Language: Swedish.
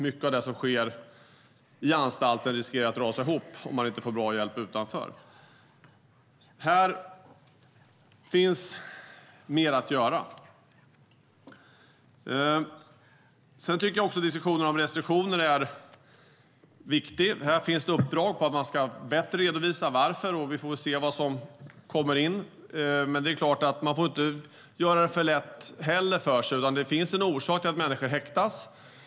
Mycket av det som sker i anstalter riskerar att rasa ihop om man inte får bra hjälp utanför. Här finns mer att göra. Jag tycker att diskussionen om restriktioner är viktig. Här finns uppdraget att man ska förbättra redovisningen. Vi får väl se vad som kommer in, men man får inte göra det för lätt för sig heller. Det finns en orsak till att människor häktas.